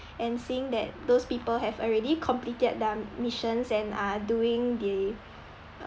and seeing that those people have already completed their missions and are doing the